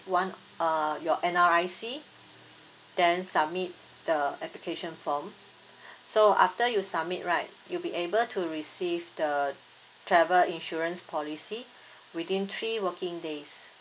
one uh your N_R_I_C then submit the application form so after you submit right you'll be able to receive the travel insurance policy within three working days